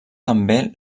també